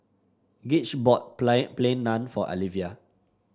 Gage bought play Plain Naan for Alyvia